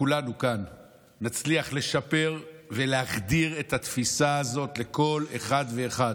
כולנו כאן נצליח לשפר ולהחדיר את התפיסה הזאת לכל אחד ואחד: